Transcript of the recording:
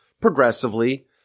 progressively